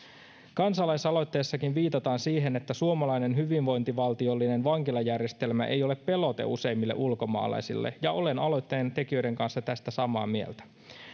kansalaisaloitteessakin viitataan siihen että suomalainen hyvinvointivaltiollinen vankilajärjestelmä ei ole pelote useimmille ulkomaalaisille ja olen aloitteen tekijöiden kanssa tästä samaa mieltä